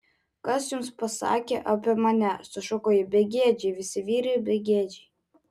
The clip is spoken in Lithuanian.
kas jums pasakė apie mane sušuko ji begėdžiai visi vyrai begėdžiai